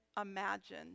imagine